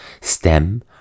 stem